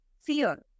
fear